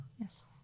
Yes